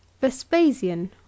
vespasian